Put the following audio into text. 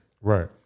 right